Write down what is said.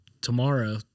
tomorrow